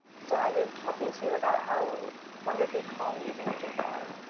so i was talking to you about how wonderfully calm these images are